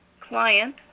client